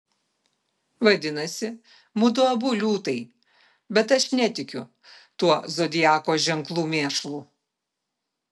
vadinasi mudu abu liūtai bet aš netikiu tuo zodiako ženklų mėšlu